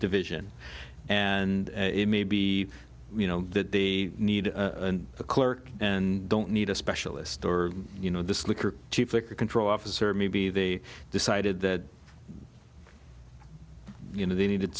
division and it may be you know that they need a clerk and don't need a specialist or you know this liquor control officer maybe they decided that you know they needed